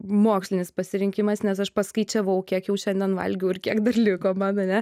mokslinis pasirinkimas nes aš paskaičiavau kiek jau šiandien valgiau ir kiek dar liko man ane